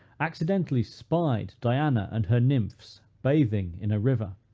accidentally spied diana and her nymphs bathing in a river.